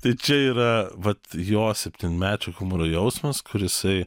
tai čia yra vat jo septynmečio humoro jausmas kur jisai